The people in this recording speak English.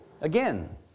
Again